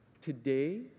Today